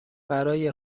برای